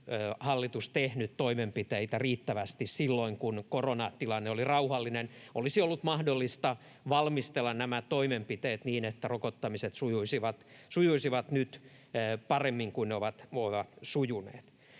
hallitus tehnyt toimenpiteitä riittävästi silloin, kun koronatilanne oli rauhallinen. Olisi ollut mahdollista valmistella nämä toimenpiteet niin, että rokottamiset sujuisivat nyt paremmin kuin ne ovat sujuneet.